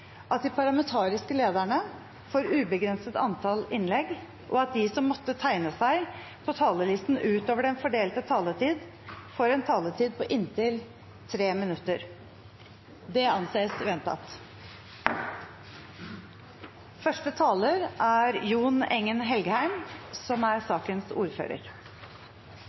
at de parlamentariske lederne får et ubegrenset antall innlegg, og at de som måtte tegne seg på talerlisten utover den fordelte taletid, får en taletid på inntil 3 minutter. – Det anses vedtatt.